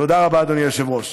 תודה רבה, אדוני היושב-ראש.